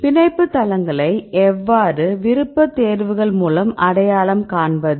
பிணைப்பு தளங்களை எவ்வாறு விருப்பத்தேர்வுகள் மூலம் அடையாளம் காண்பது